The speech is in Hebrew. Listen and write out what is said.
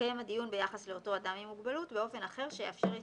יתקיים הדיון ביחס לאותו אדם עם מוגבלות באופן אחר שיאפשר את